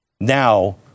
Now